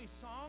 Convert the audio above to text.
song